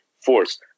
force